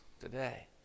today